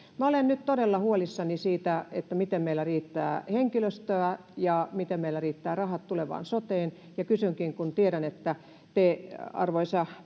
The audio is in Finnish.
olen nyt todella huolissani siitä, miten meillä riittää henkilöstöä ja miten meillä riittävät rahat tulevaan soteen. Kysynkin, kun tiedän, arvoisa